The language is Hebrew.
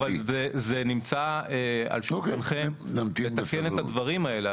אבל זה נמצא על שולחנכם לתקן את הדברים האלה,